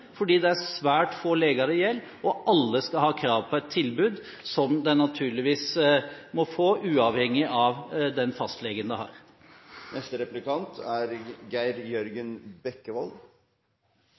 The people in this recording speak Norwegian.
fordi det gjelder svært få leger, og alle skal ha krav på et tilbud – som de naturligvis må få – uavhengig av den